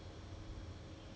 so maybe